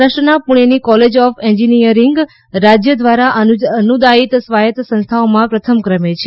મહારાષ્ટ્રના પૂણેની college of engineering રાજ્ય દ્વારા અનુદાનિત સ્વાયત સંસ્થાઓમાં પ્રથમ ક્રમે છે